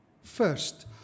First